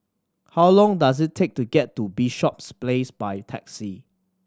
how long does it take to get to Bishops Place by taxi